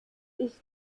ich